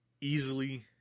easily